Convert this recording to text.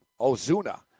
Ozuna